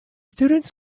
students